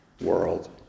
world